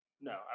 No